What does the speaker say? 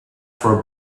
for